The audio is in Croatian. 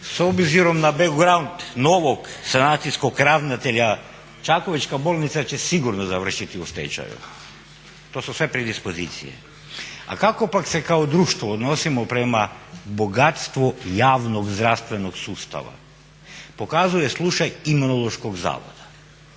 s obzirom na back ground novog sanacijskog ravnatelja Čakovečka bolnica će sigurno završiti u stečaju. To su sve predispozicije. A kako pak se kao društvo odnosimo prema bogatstvu javnog zdravstvenog sustava pokazuje slučaj imunološkog zavoda.